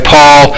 Paul